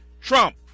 Trump